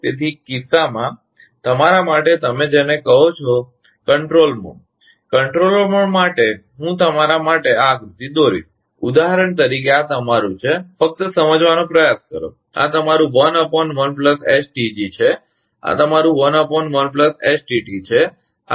તેથી આ કિસ્સામાં તમારા માટે તમે જેને કહો છો નિયંત્રણ મોડ કંટ્રોલ મોડ માટે કંટ્રોલ મોડ માટે હું તમારા માટે આ આકૃતિ દોરીશ ઉદાહરણ તરીકે આ તમારું છે ફક્ત સમજવાનો પ્રયાસ કરો આ તમારું છે આ તમારું છે આ તમારો લોડ છે